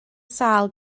sâl